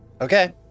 Okay